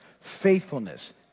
faithfulness